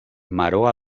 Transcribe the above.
maror